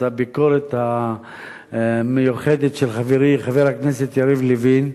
הביקורת המיוחדת של חברי חברי הכנסת יריב לוין.